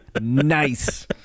Nice